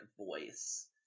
voice